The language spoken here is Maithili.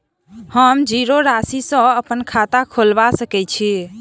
हम जीरो राशि सँ अप्पन खाता खोलबा सकै छी?